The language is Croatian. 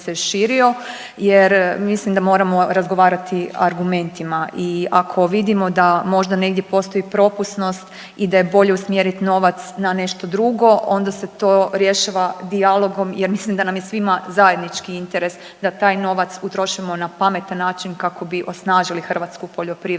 jer mislim da moramo razgovarati argumentima. I ako vidimo da možda negdje postoji propusnost i da je bolje usmjeriti novac na nešto drugo onda se to rješava dijalogom, jer mislim da nam je svima zajednički interes da taj novac utrošimo na pametan način kako bi osnažili hrvatsku poljoprivredu.